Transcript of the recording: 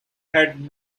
had